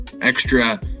extra